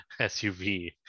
SUV